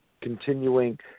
continuing